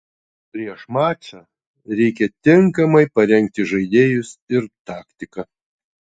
prieš mačą reikia tinkamai parengti žaidėjus ir taktiką